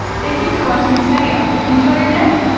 thank you for watching this video. enjoy your day!